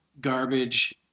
garbage